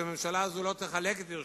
שהממשלה הזו לא תחלק את ירושלים,